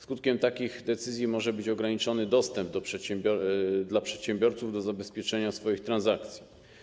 Skutkiem takich decyzji może być ograniczony dostęp przedsiębiorców do zabezpieczenia swoich transakcji.